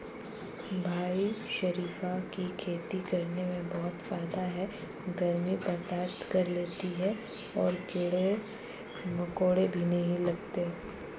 भाई शरीफा की खेती करने में बहुत फायदा है गर्मी बर्दाश्त कर लेती है और कीड़े मकोड़े भी नहीं लगते